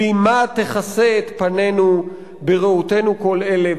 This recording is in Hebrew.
כלימה תכסה את פנינו בראותנו כל אלה,